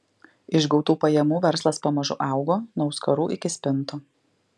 iš gautų pajamų verslas pamažu augo nuo auskarų iki spintų